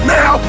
now